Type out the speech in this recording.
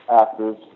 actors